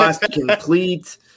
complete